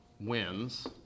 wins